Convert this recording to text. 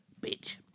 bitch